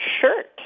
shirt